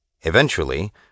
Eventually